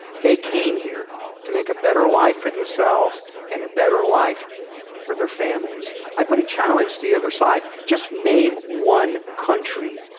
they came here to make a better life for themselves and a better life for their families. i put a challenge to the other side. just name one country,